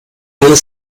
alle